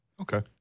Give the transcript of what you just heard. Okay